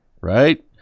right